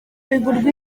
bigurwa